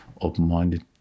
open-minded